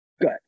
good